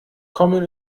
kommen